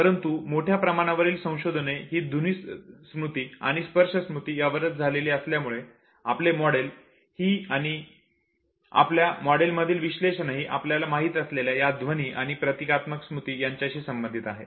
परंतु मोठ्या प्रमाणावरील संशोधने ही ध्वनी स्मृती आणि स्पर्श स्मृती यांच्यावर झालेली असल्यामुळे आपले मॉडेल ही आणि आपल्या मॉडेल मधील विश्लेषणही आपल्याला माहित असलेल्या या ध्वनी आणि प्रतिकात्मक स्मृती यांच्याशी संबंधित आहे